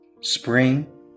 Spring